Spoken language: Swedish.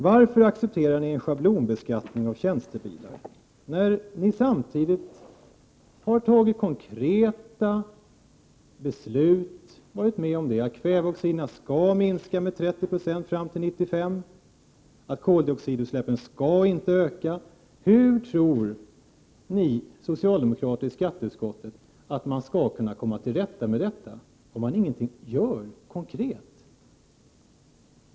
Varför accepterar ni en schablonbeskattning av tjänstebilar, när ni samtidigt har varit med om att ta konkreta beslut om att kväveoxiderna skall minska med 30 96 fram till 1995 och att koldioxidutsläppen inte skall öka? Hur tror ni socialdemokrater i skatteutskottet att man skall kunna komma till rätta med detta, om man ingenting gör konkret?